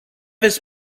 his